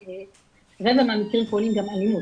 רבע מהמקרים כוללים גם אלימות.